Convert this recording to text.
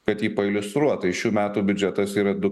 kad jį pailiustruot tai šių metų biudžetas yra du